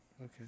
Okay